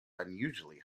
unusually